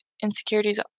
insecurities